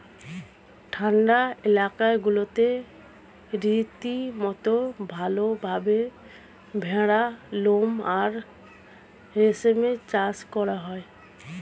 ঠান্ডা এলাকাগুলোতে রীতিমতো ভালভাবে ভেড়ার লোম আর রেশম চাষ করা হয়